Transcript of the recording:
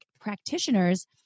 practitioners